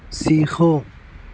سیکھو